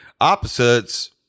opposites